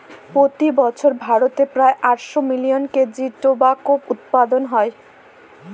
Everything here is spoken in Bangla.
প্রতি বছর ভারতে প্রায় আটশো মিলিয়ন কেজি টোবাকো উৎপাদন হয়